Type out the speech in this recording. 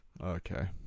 Okay